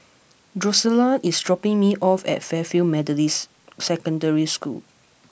Drusilla is dropping me off at Fairfield Methodist Secondary School